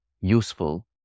useful